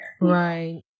right